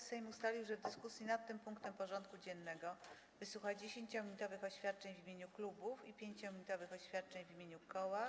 Sejm ustalił, że w dyskusji nad tym punktem porządku dziennego wysłucha 10-minutowych oświadczeń w imieniu klubów i 5-minutowych oświadczeń w imieniu koła.